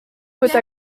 côte